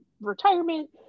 retirement